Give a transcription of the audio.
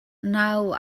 now